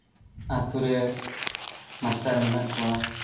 ᱟᱛᱳ ᱨᱮ ᱢᱟᱥᱴᱟᱨ ᱢᱮᱱᱟᱜ ᱠᱚᱣᱟ